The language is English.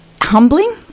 humbling